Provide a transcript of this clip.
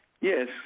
Yes